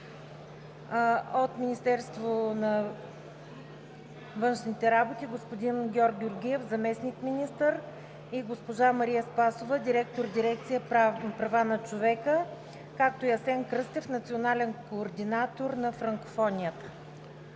от Министерството на външните работи: господин Георг Георгиев – заместник-министър, и госпожа Мария Спасова – директор на дирекция „Права на човека“; Асен Кръстев – национален координатор на франкофонията.